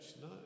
No